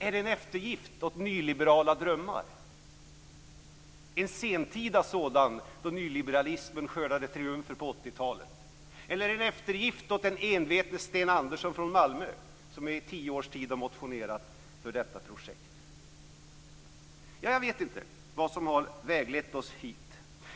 Är det en eftergift åt nyliberala drömmar, en sentida sådan då nyliberalismen skördade triumfer på 80-talet? Är det en eftergift åt en enveten Sten Andersson från Malmö, som i tio års tid har motionerat för detta projekt? Jag vet inte vad som har väglett oss hit.